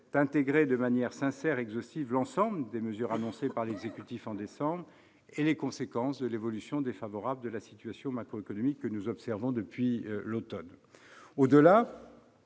intégrer, de manière sincère et exhaustive, l'ensemble des mesures annoncées par l'exécutif en décembre et les conséquences de l'évolution défavorable de la situation macroéconomique que nous observons depuis l'automne.